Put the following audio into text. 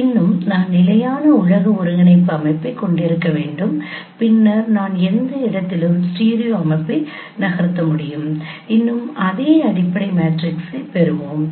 இன்னும் நான் நிலையான உலக ஒருங்கிணைப்பு அமைப்பைக் கொண்டிருக்க வேண்டும் பின்னர் நான் எந்த இடத்திலும் ஸ்டீரியோ அமைப்பை நகர்த்த முடியும் இன்னும் அதே அடிப்படை மேட்ரிக்ஸைப் பெறுவோம்